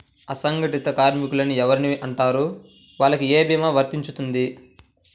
అసంగటిత కార్మికులు అని ఎవరిని అంటారు? వాళ్లకు ఏ భీమా వర్తించుతుంది?